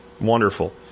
wonderful